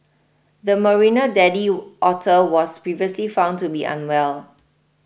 the Marina daddy otter was previously found to be unwell